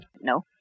No